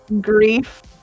grief